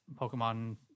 pokemon